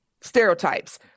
stereotypes